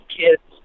kids